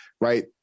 right